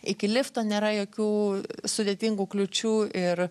iki lifto nėra jokių sudėtingų kliūčių ir